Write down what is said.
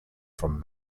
from